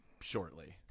shortly